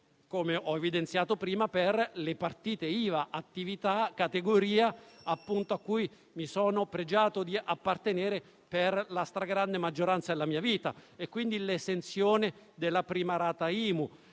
come ho evidenziato prima - per le partite IVA, categoria a cui mi sono pregiato di appartenere per la stragrande maggioranza della mia vita. Mi riferisco all'esenzione della prima rata IMU,